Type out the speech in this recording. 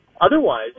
Otherwise